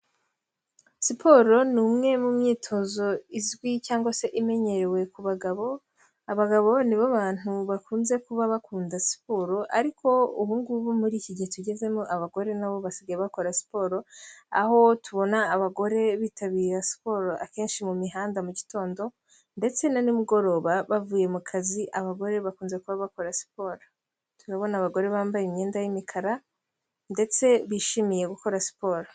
Siporo ni umwe mu myitozo izwi cyangwa se imenyerewe ku bagabo, abagabo nibo bantu bakunze kuba bakunda siporo, ariko ubu ngubu muri iki gihe tugezemo abagore na bo basigaye bakora siporo, aho tubona abagore bitabira siporo akenshi mu mihanda mu gitondo ndetse na nimugoroba bavuye mu kazi abagore bakunze kuba bakora siporo. Turabona abagore bambaye imyenda y'imikara ndetse bishimiye gukora siporo.